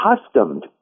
accustomed